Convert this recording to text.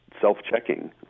self-checking